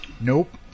Nope